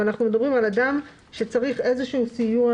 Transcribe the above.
אנחנו מדברים על אדם שצריך איזשהו סיוע.